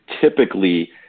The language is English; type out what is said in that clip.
typically